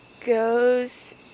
goes